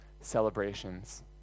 celebrations